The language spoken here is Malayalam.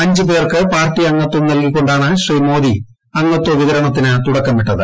അഞ്ച് പേർക്ക് പാർട്ടി അംഗത്വം നൽകികൊണ്ടാണ് ശ്രീ മോദി അംഗത്വ വിതരണത്തിന് തുടക്കമിട്ടത്